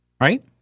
right